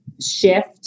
shift